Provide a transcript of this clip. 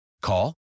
Call